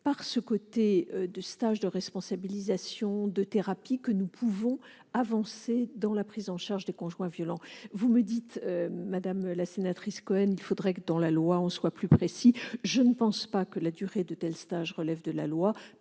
par des stages de responsabilisation et des thérapies que nous pouvons avancer dans la prise en charge des conjoints violents. Vous me dites, madame la sénatrice Cohen, qu'il faudrait que la loi soit plus précise. Je ne pense pas que la durée de tels stages relève de la loi.